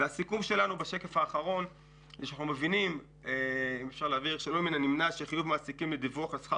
הסיכום שלנו הוא שאנחנו מבינים שלא מן הנמנע שחיוב מעסיקים בדיווח על שכר